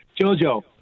Jojo